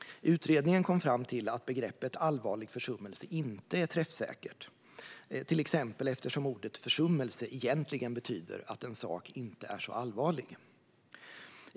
Utredningen kom fram till att begreppet allvarlig försummelse inte är träffsäkert, eftersom till exempel ordet "försummelse" egentligen betyder att en sak inte är så allvarlig.